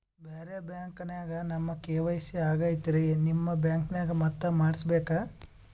ಬ್ಯಾರೆ ಬ್ಯಾಂಕ ನ್ಯಾಗ ನಮ್ ಕೆ.ವೈ.ಸಿ ಆಗೈತ್ರಿ ನಿಮ್ ಬ್ಯಾಂಕನಾಗ ಮತ್ತ ಮಾಡಸ್ ಬೇಕ?